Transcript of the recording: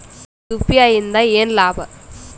UPI ಇಂದ ಏನ್ ಲಾಭ?